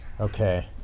Okay